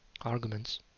arguments